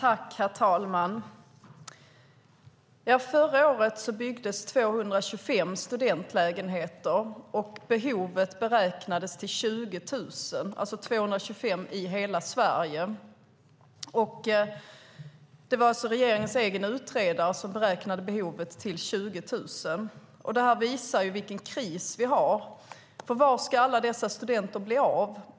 Herr talman! Förra året byggdes 225 studentlägenheter i hela Sverige. Behovet beräknades till 20 000. Det var alltså regeringens egen utredare som beräknade behovet till 20 000. Det visar vilken kris vi har. Var ska alla dessa studenter bli av?